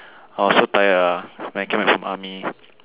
I was so tired ah when I came back from army